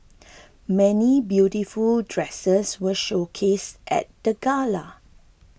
many beautiful dresses were showcased at the gala